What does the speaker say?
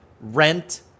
rent